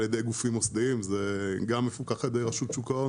ידי גופים מוסדיים וגם מפוקח על ידי רשות שוק ההון.